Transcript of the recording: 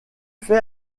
fait